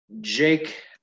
Jake